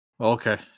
Okay